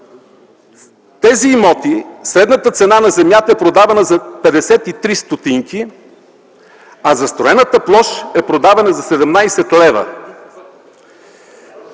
е 300. Средната цена на земята е продавана за 53 ст., а застроената площ е продавана за 17 лв.